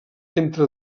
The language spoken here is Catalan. entre